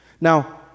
Now